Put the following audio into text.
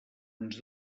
ens